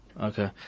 Okay